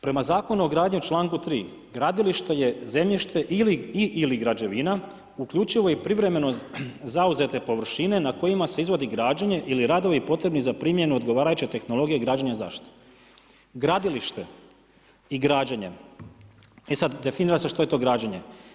Prema Zakonu o gradnji članku 3. gradilište je zemljište i ili građevina uključivo i privremenoj zauzete površine na kojima se izvodi građenje ili radovi potrebni za primjenu odgovarajuće tehnologije i građenje zašto, gradilište i građenjem, e sada definira se što je to građenje.